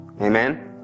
Amen